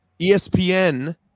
ESPN